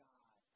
God